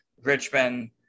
Richmond